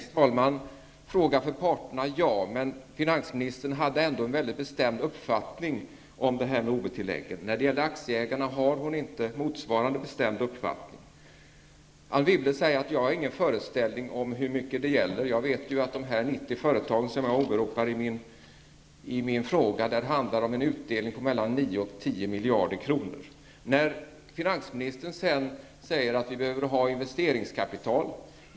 Fru talman! Det är en fråga för parterna, ja. Men finansministern hade ändå en väldigt bestämd uppfattning om det här med OB-tilläggen. När det gäller aktieägarna har hon inte motsvarande bestämda uppfattning. Anne Wibble säger att jag inte har någon föreställning om hur mycket det gäller. Jag vet ju att det i de 90 företag som jag åberopat i min fråga handlar om en utdelning på mellan 9 och 10 miljarder kronor. Finansministern sade sedan att vi behöver investeringskapital.